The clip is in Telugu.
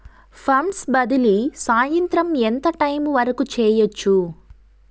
ఫండ్స్ బదిలీ సాయంత్రం ఎంత టైము వరకు చేయొచ్చు